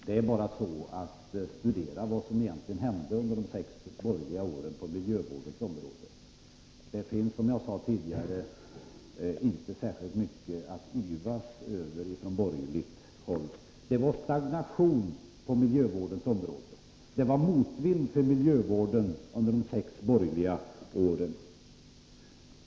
Herr talman! Studera vad som egentligen hände under de sex borgerliga regeringsåren på miljövårdens område! De borgerliga partierna har, som jag sade tidigare, inte särskilt mycket att yvas över. Det var stagnation och motvind för miljövården under dessa år.